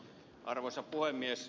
arvoisa puhemies